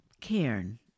Cairn